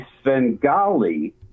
Svengali